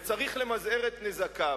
וצריך למזער את נזקיהם.